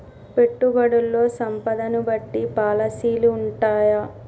పెట్టుబడుల్లో సంపదను బట్టి పాలసీలు ఉంటయా?